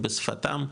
בשפתם,